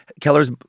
Keller's